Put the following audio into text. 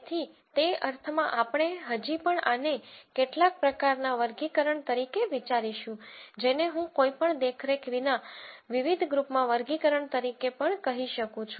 તેથી તે અર્થમાં આપણે હજી પણ આને કેટલાક પ્રકારનાં વર્ગીકરણ તરીકે વિચારીશું જેને હું કોઈપણ દેખરેખ વિના વિવિધ ગ્રુપમાં વર્ગીકરણ તરીકે પણ કહી શકું છું